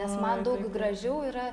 nes man daug gražiau yra